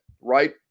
right